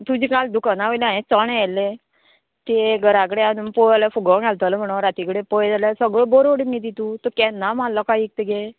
तुजे काल दुकाना वयले हांवें चोणे येल्लें तें घरा कडेन आजून पोव जाल्यार फुगो घालतलो म्हणोन राती कडेन पळय जाल्यार सगळो बोरोड मुगे तितून तो केन्ना म्हाल लोका इकता गे